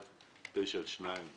הצבעה בעד,